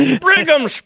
Brigham